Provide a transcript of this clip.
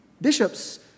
Bishops